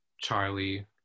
Charlie